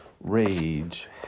rage